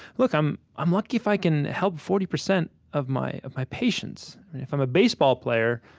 look. i'm i'm lucky if i can help forty percent of my of my patients. if i'm a baseball player,